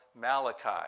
Malachi